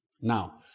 Now